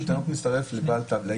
אם ילד מצטרף לבעל תו ירוק,